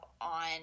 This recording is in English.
on